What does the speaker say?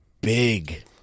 big